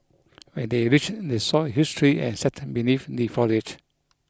when they reached they saw a huge tree and sat beneath the foliage